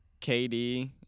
KD